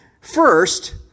First